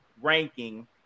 ranking